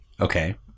okay